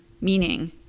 meaning